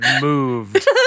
moved